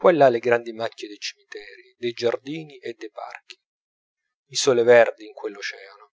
qua e là le grandi macchie dei cimiteri dei giardini e dei parchi isole verdi in quell'oceano